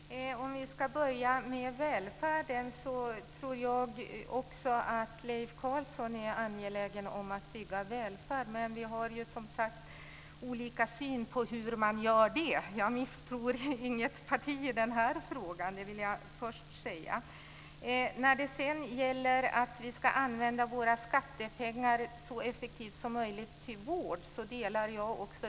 Fru talman! Om vi ska börja med välfärden tror också jag att Leif Carlson är angelägen om att bygga välfärd, men vi har olika syn på hur man gör det. Jag misstror inget parti i den här frågan. Det vill jag först säga. Jag delar också uppfattningen att vi ska använda våra skattepengar så effektivt som möjligt till vård.